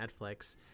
Netflix